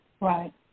right